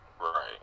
Right